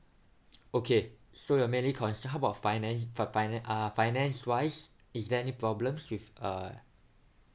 okay so you're mainly conc~ how about finance f~ finan~ uh finance wise is there any problems with uh